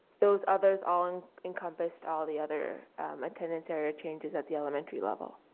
those others all and encompassed all the other attendance area changes at the elementary level.